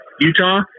Utah